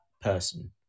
person